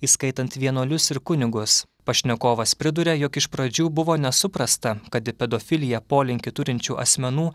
įskaitant vienuolius ir kunigus pašnekovas priduria jog iš pradžių buvo nesuprasta kad į pedofiliją polinkių turinčių asmenų